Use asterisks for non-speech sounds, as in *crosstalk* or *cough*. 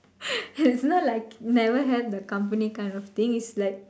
*laughs* it's not like never help the company kind of thing it's like